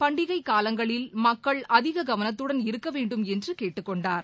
பண்டிகை காலங்களில் மக்கள் அதிக கவனத்துடன் இருக்க வேண்டும் என்று கேட்டுக்கொண்டார்